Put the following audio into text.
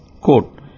Quote